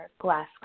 glass